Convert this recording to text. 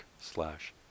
slash